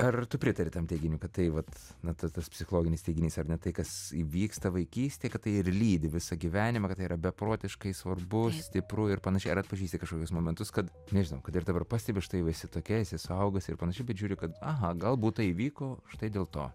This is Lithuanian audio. ar tu pritari tam teiginiui kad tai vat na tas tas psichologinis teiginys ar ne tai kas įvyksta vaikystėj kad tai ir lydi visą gyvenimą kad tai yra beprotiškai svarbu stipru ir panašiai ar atpažįsti kažkokius momentus kad nežinau kad ir dabar pastebi štai jau esi tokia esi suaugusi ir panašiai bet žiūriu kad aha galbūt tai įvyko štai dėl to